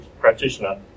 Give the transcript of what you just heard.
practitioner